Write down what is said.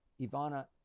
Ivana